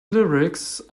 lyrics